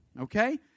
okay